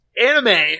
anime